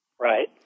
Right